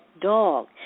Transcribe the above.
dog